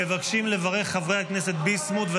מבקשים לברך חבר הכנסת ביסמוט,